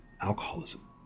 alcoholism